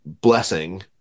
blessing